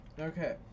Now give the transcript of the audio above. Okay